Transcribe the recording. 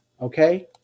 okay